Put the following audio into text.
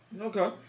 Okay